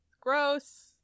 Gross